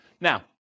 Now